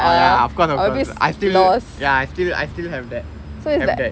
ya of course of course I still ya I still I still have that have that